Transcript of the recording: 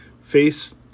face